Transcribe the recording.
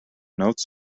notes